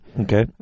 Okay